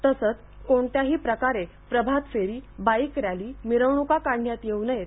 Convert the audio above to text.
तसंच कोणत्याही प्रकारे प्रभात फेरी बाईक रॅली मिरवणूका काढण्यात येऊ नयेत